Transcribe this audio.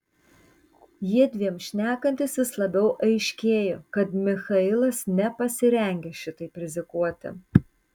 jiedviem šnekantis vis labiau aiškėjo kad michailas nepasirengęs šitaip rizikuoti